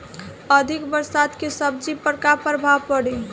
अधिक बरसात के सब्जी पर का प्रभाव पड़ी?